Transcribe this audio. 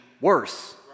worse